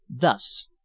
Thus